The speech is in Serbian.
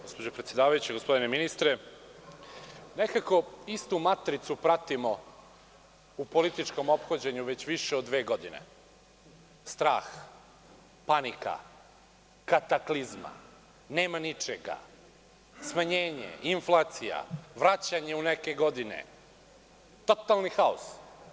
Gospođo predsedavajuća, gospodine ministre, nekako istu matricu pratimo u političkom ophođenju već više od dve godine - strah, panika, kataklizma, nema ničega, smanjenje, inflacija, vraćanje u neke godine, totalni haos.